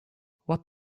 what